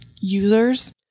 users